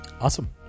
Awesome